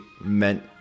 meant